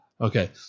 Okay